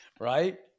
right